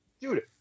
dude